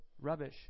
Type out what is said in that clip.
rubbish